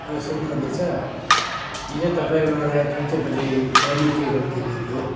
hello सुन्नु हुँदैछ हिजो तपाईँबाट जुन चाहिँ मैले डाइनिङ टेबल किनेको थिएँ